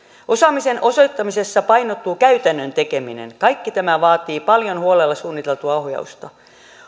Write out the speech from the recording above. osaamisen osoittamisessa painottuu käytännön tekeminen kaikki tämä vaatii paljon huolella suunniteltua ohjausta